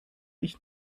ich